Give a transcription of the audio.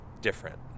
different